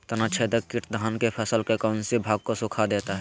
तनाछदेक किट धान की फसल के कौन सी भाग को सुखा देता है?